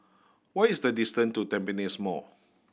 what is the distant to Tampines Mall